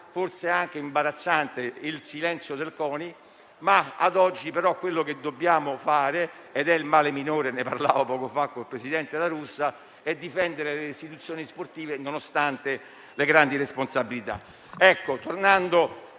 forse anche imbarazzante, il silenzio del CONI, ma ad oggi quello che dobbiamo fare - ed è il male minore, ne parlavo poco fa con il presidente La Russa - è difendere le istituzioni sportive nonostante le grandi responsabilità.